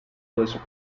was